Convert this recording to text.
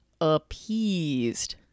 appeased